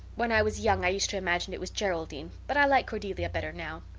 when i was young i used to imagine it was geraldine, but i like cordelia better now.